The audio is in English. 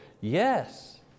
Yes